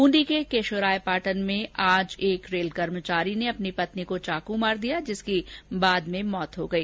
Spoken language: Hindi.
बूंदी के केशोरायपाटन में आज एक रेल कर्मचारी ने अपनी पत्नी को चाकू मार दिया जिसकी बाद में मौत हो गई